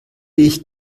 ich